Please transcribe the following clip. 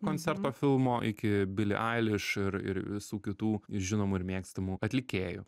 koncerto filmo iki bili ailiš ir ir visų kitų žinomų ir mėgstamų atlikėjų